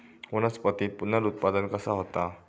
वनस्पतीत पुनरुत्पादन कसा होता?